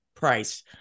Price